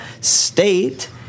State